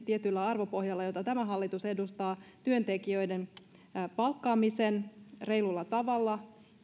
tietyllä arvopohjalla jota tämä hallitus edustaa työntekijöiden palkkaamisen reilulla tavalla